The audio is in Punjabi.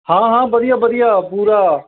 ਹਾਂ ਹਾਂ ਵਧੀਆ ਵਧੀਆ ਪੂਰਾ